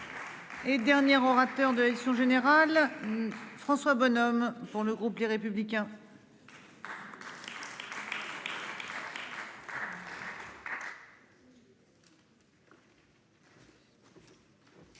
Et dernière orateur de sont général. François Bonhomme. Pour le groupe Les Républicains.